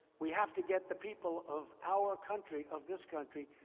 we have to get the people of our country, of this country,